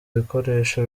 bikoresho